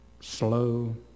slow